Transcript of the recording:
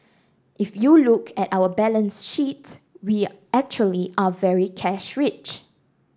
if you look at our balance sheet we actually are very cash rich